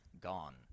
gone